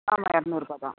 ஆமாம் இரநூறுபா தான்